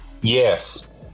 yes